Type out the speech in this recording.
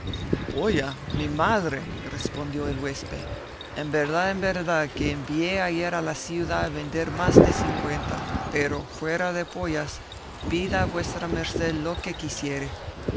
polla mi padre respondió el huésped en verdad en verdad que envié ayer a la ciudad a vender más de cincuenta pero fuera de pollas pida vuestra merced lo que quisiere